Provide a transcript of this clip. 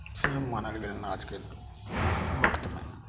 सेम मानल गेल हइ आजके वक्तमे